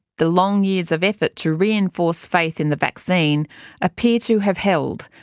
the long years of effort to reinforce faith in the vaccine appear to have held,